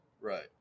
Right